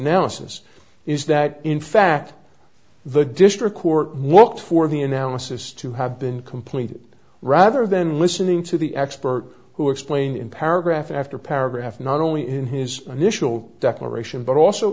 analysis is that in fact the district court what for the analysis to have been completed rather than listening to the expert who explained in paragraph after paragraph not only in his initial declaration but also